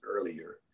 earlier